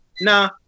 nah